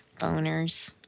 Boners